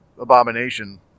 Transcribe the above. Abomination